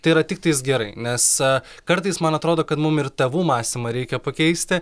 tai yra tiktais gerai nes kartais man atrodo kad mum ir tėvų mąstymą reikia pakeisti